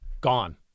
Gone